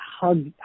hug